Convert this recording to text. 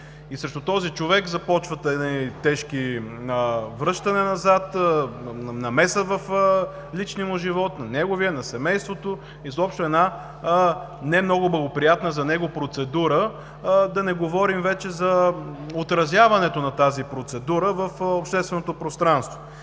И срещу този човек започват едни тежки: връщане назад, намеса в личния му живот, на неговия на семейството, изобщо една не много благоприятна за него процедура. Да не говорим вече за отразяването на тази процедура в общественото пространство.